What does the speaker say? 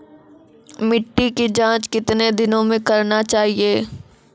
मिट्टी की जाँच कितने दिनों मे करना चाहिए?